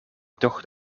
tocht